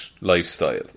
lifestyle